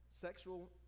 sexual